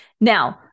Now